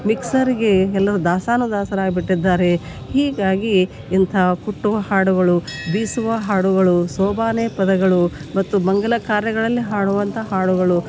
ಮಿಕ್ಸರ್ಗೆ ಎಲ್ಲರು ದಾಸಾನುದಾಸರು ಆಗಿಬಿಟ್ಟಿದ್ದಾರೆ ಹೀಗಾಗಿ ಇಂಥ ಕುಟ್ಟುವ ಹಾಡುಗಳು ಬೀಸುವ ಹಾಡುಗಳು ಸೋಬಾನೆ ಪದಗಳು ಮತ್ತು ಮಂಗಳ ಕಾರ್ಯಗಳಲ್ಲಿ ಹಾಡುವಂಥ ಹಾಡುಗಳು